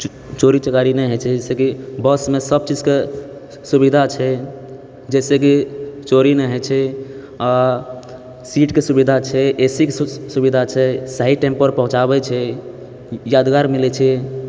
चोरी चकारी नहि होइत छै जहिसँ कि बसमे सब चीजके सुविधा छै जाहिसे कि चोरी नहि होइत छै आ सीटके सुविधा छै एसीके सुविधा छै सही टाइम पर पहुँचाबै छै यादगार मिलैत छै